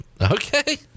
Okay